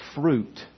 fruit